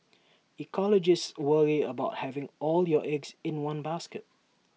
ecologists worry about having all your eggs in one basket